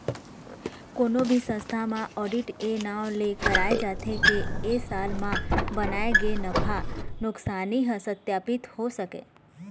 कोनो भी संस्था म आडिट ए नांव ले कराए जाथे के ए साल म बनाए गे नफा नुकसानी ह सत्पापित हो सकय